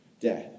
death